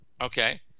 Okay